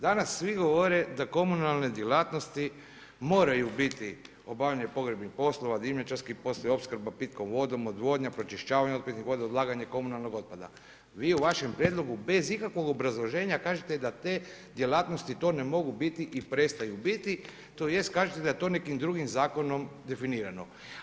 Danas svi govore da komunalne djelatnosti moraju biti obavljanje pogrebnih poslova, dimnjačarski poslovi, opskrba pitkom vodom, odvodnja, pročišćavanje otpadnih voda, odlaganje komunalnog otpada, vi u vašem prijedlogu bez ikakvog obrazloženja kažete da te djelatnosti to ne mogu biti i prestaju bit, tj. kažete da je to nekim drugim zakonom definirano.